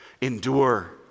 Endure